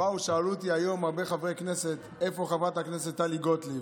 באו ושאלו אותי היום הרבה חברי כנסת איפה חברת הכנסת טלי גוטליב.